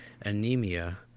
anemia